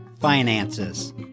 finances